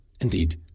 indeed